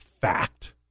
fact